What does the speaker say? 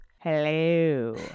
Hello